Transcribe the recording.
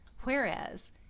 Whereas